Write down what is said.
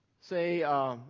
say